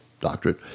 doctorate